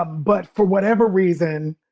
ah but for whatever reason.